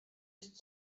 ist